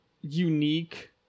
unique